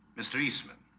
mr. eastman